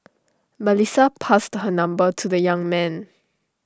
Melissa passed her number to the young man